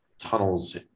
tunnels